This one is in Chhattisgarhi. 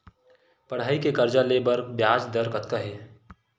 पढ़ई के कर्जा ले बर ब्याज दर कतका हे?